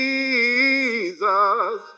Jesus